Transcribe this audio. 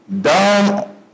down